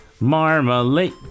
Marmalade